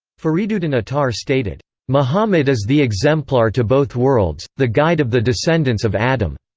fariduddin attar stated, muhammad is the exemplar to both worlds, the guide of the descendants of adam.